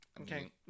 Okay